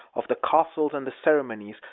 of the castles and the ceremonies,